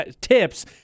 tips